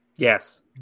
Yes